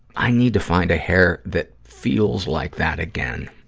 i need to find a hair that feels like that again.